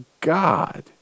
God